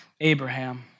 Abraham